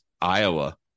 Iowa